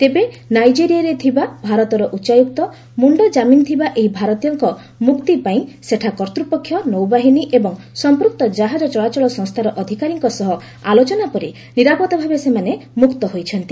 ତେବେ ନାଇଜେରିଆରେ ଥିବା ଭାରତର ଉଚ୍ଚାୟୁକ୍ତ ମୁଶ୍ତଜାମିନ ଥିବା ଏହି ଭାରତୀୟଙ୍କ ମୁକ୍ତି ପାଇଁ ସେଠା କର୍ତ୍ତ୍ୱପକ୍ଷ ନୌବାହିନୀ ଏବଂ ସଂପୂକ୍ତ କାହାଜ ଚଳାଚଳ ସଂସ୍ଥାର ଅଧିକାରୀଙ୍କ ସହ ଆଲୋଚନା ପରେ ନିରାପଦ ଭାବେ ସେମାନେ ମ୍ବକ୍ତ ହୋଇଛନ୍ତି